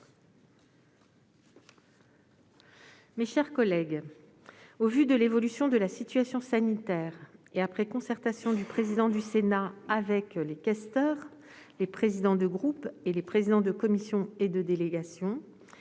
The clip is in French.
Mes chers collègues, au vu de l'évolution de la situation sanitaire et après concertation du président du Sénat avec les questeurs, les présidents de groupe et les présidents de commission et de délégation,